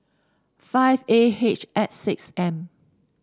five A H X six M